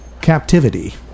captivity –